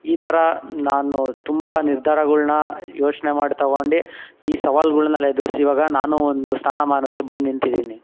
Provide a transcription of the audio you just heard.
ಈ ಥರ ನಾನು ತುಂಬ ನಿರ್ಧಾರಗಳ್ನ ಯೋಚನೆ ಮಾಡಿ ತಗೊಂಡು ಈ ಸವಾಲ್ಗಳ್ನೆಲ್ಲ ಎದ್ದುರ್ಸಿ ಇವಾಗ ನಾನು ಒಂದು ಸ್ಥಾನಮಾನಕ್ಕೆ ಬಂದು ನಿಂತಿದ್ದೀನಿ